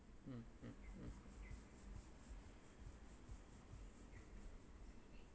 mm